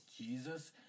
Jesus